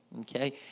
okay